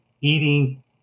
eating